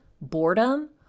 boredom